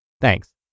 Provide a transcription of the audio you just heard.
Thanks